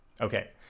Okay